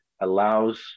allows